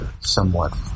somewhat